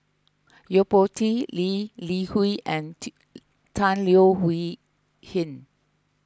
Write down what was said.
Yo Po Tee Lee Li Hui and T Tan Leo Wee Hin